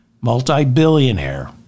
multi-billionaire